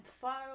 far